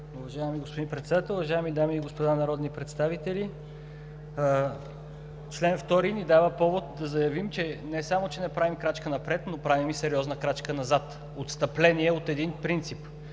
Уважаеми господин Председател, уважаеми дами и господа народни представители! Член 2 ни дава повод да заявим, че не само не правим крачка напред, но правим сериозна крачка назад, отстъпление от един принцип